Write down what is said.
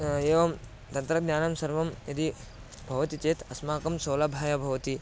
एवं तन्त्रज्ञानं सर्वं यदि भवति चेत् अस्माकं सौलभाय भवति